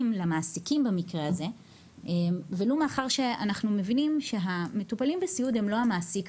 למעסיקים במקרה הזה ולו לאחר שאנחנו מבינים שהמטופלים הם המעסיקים,